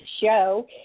show